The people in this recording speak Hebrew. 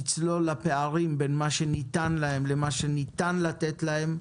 תצלול לפערים בין מה שניתן להם לבין מה שניתן לתת להם,